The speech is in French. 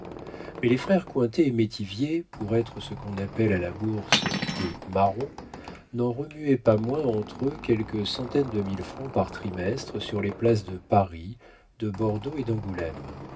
mais les frères cointet et métivier pour être ce qu'on appelle à la bourse des marrons n'en remuaient pas moins entre eux quelques centaines de mille francs par trimestre sur les places de paris de bordeaux et d'angoulême